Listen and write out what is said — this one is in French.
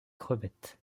crevettes